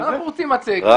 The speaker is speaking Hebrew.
אנחנו רוצים מצגת,